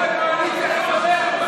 אני הולך להצבעה.